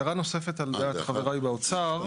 הערה נוספת על דעת חבריי באוצר,